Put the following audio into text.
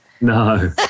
No